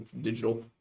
Digital